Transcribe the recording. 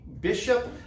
Bishop